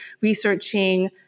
researching